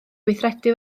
gweithredu